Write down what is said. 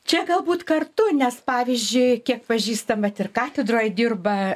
čia galbūt kartu nes pavyzdžiui kiek pažįstam vat ir katedroj dirba